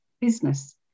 business